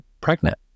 pregnant